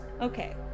Okay